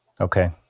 Okay